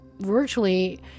virtually